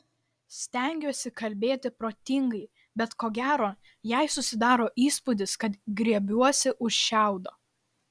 stengiuosi kalbėti protingai bet ko gero jai susidaro įspūdis kad griebiuosi už šiaudo